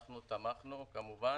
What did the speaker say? אנחנו תמכנו כמובן.